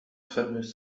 fameux